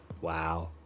Wow